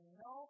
no